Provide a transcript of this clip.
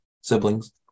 siblings